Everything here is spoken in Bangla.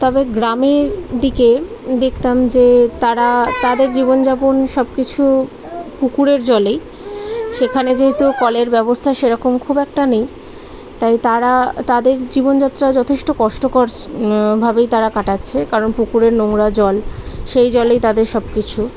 তবে গ্রামের দিকে দেখতাম যে তারা তাদের জীবনযাপন সব কিছু পুকুরের জলেই সেখানে যেহেতু কলের ব্যবস্থা সেরকম খুব একটা নেই তাই তারা তাদের জীবনযাত্রা যথেষ্ট কষ্টকর ভাবেই তারা কাটাচ্ছে কারণ পুকুরের নোংরা জল সেই জলেই তাদের সব কিছু